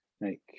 make